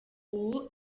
ubu